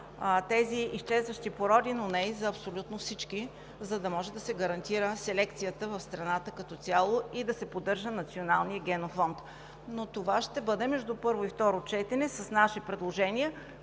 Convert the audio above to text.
тези изчезващи породи, но не и за абсолютно всички, за да може да се гарантира селекцията в страната като цяло и да се поддържа националният генофонд. Но това ще бъде между първо и второ четене, с наши предложения,